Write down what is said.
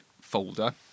folder